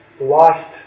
washed